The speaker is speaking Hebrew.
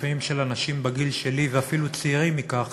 לפעמים של אנשים בגיל שלי ואפילו צעירים מכך,